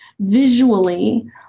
visually